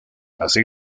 así